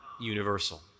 universal